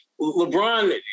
LeBron